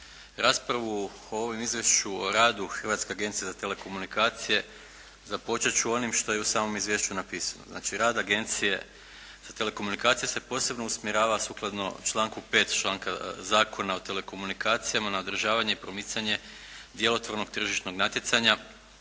raspravu o ovom izvješću o radu Hrvatske agencije za telekomunikacije započet ću onim što je u samom izvješću napisano. Znači rad Agencije za telekomunikacije se posebno usmjerava sukladno članku 5. članka, Zakona o telekomunikacijama na održavanje i promicanje djelotvornog tržišnog natjecanja